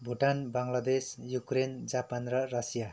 Bhutan Bangladesh Ukraine Japan र Russia